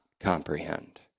Comprehend